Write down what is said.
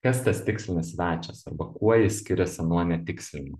kas tas tikslinis svečias arba kuo jis skiriasi nuo netikslinio